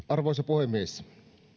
arvoisa puhemies